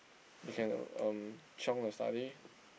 they can um chiong their study